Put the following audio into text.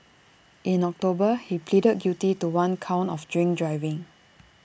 in October he pleaded guilty to one count of drink driving